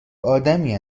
آدمی